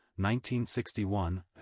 1961